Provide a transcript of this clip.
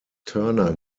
turner